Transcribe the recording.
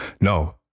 no